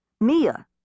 Mia